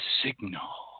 signal